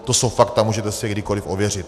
To jsou fakta, můžete si je kdykoliv ověřit.